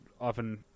often